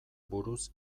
buruz